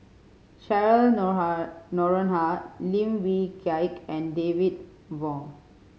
Cheryl Noronha Lim Wee Kiak and David Wong